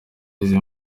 izi